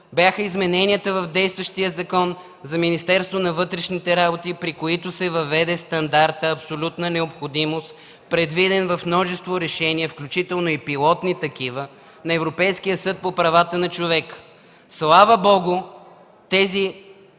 бяха измененията в действащия Закон за Министерството на вътрешните работи, при които се въведе стандартът „абсолютна необходимост”, предвиден в множество решения, включително и пилотни решения на Европейския съд по правата на човека. Слава Богу, тези